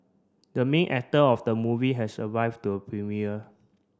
the main actor of the movie has arrived to premiere